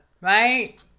Right